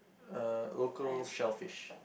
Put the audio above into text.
uh local shellfish